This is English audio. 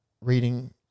reading